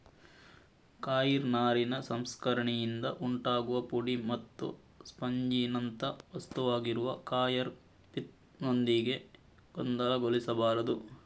coir ನಾರಿನ ಸಂಸ್ಕರಣೆಯಿಂದ ಉಂಟಾಗುವ ಪುಡಿ ಮತ್ತು ಸ್ಪಂಜಿನಂಥ ವಸ್ತುವಾಗಿರುವ ಕಾಯರ್ ಪಿತ್ ನೊಂದಿಗೆ ಗೊಂದಲಗೊಳಿಸಬಾರದು